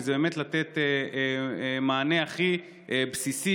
כי זה באמת לתת מענה הכי בסיסי,